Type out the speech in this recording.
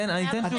אני אתן תשובה.